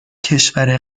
کشور